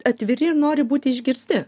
atviri ir nori būti išgirsti